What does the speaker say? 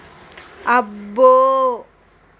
అబ్బో